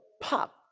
pop